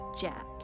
Jack